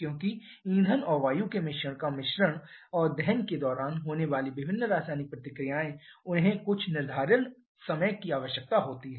क्योंकि ईंधन और वायु के मिश्रण का मिश्रण और दहन के दौरान होने वाली विभिन्न रासायनिक प्रतिक्रियाएँ उन्हें कुछ निर्धारित समय की आवश्यकता होती हैं